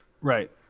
right